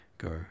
Go